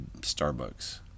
Starbucks